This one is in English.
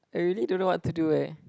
I really don't know what to do eh